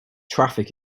traffic